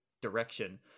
direction